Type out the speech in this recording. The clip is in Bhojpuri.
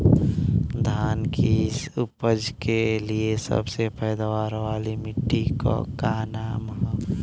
धान की उपज के लिए सबसे पैदावार वाली मिट्टी क का नाम ह?